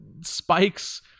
spikes